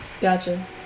Gotcha